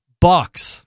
bucks